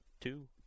two